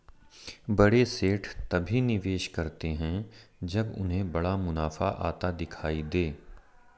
बड़े सेठ तभी निवेश करते हैं जब उन्हें बड़ा मुनाफा आता दिखाई दे